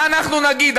מה אנחנו נגיד?